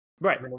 Right